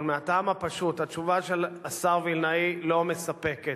מהטעם הפשוט: התשובה של השר וילנאי לא מספקת.